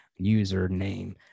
username